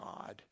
God